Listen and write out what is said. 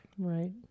Right